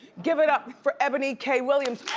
give it up for eboni k. williams,